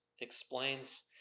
explains